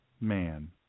man